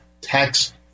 tax